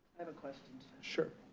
i have a question. sure.